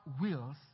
wills